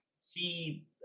see